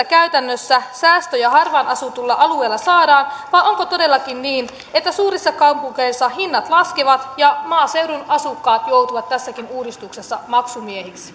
käytännössä saadaan säästöjä harvaan asutulla alueella vai onko todellakin niin että suurissa kaupungeissa hinnat laskevat ja maaseudun asukkaat joutuvat tässäkin uudistuksessa maksumiehiksi